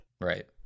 Right